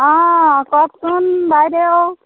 অঁ কওকচোন বাইদেউ